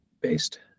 based